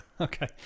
Okay